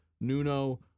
Nuno